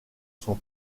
son